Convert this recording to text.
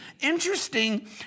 Interesting